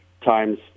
times